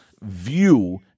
view –